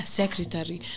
secretary